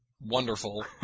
Wonderful